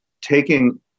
taking